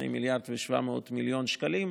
2 מיליארד ו-700 מיליון שקלים,